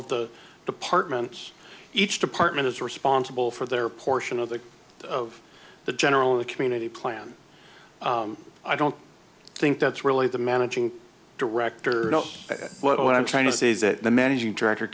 of the departments each department is responsible for their portion of the of the general a community plan i don't think that's really the managing director what i'm trying to say is that the managing director